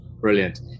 Brilliant